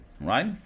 right